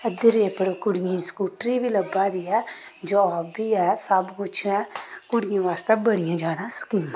अद्धे रेट पर कुड़ियें गी स्कूटरी बी लब्भा दी ऐ जाब बी ऐ सब कुछ ऐ कुड़ियें बास्तै बड़ियां जैदा स्कीमां न